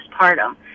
postpartum